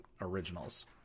originals